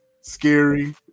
scary